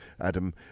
Adam